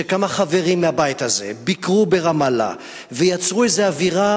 שכמה חברים מהבית הזה ביקרו ברמאללה ויצרו איזו אווירה,